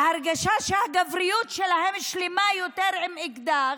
והרגשה שהגבריות שלהם שלמה יותר עם אקדח,